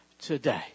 today